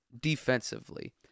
defensively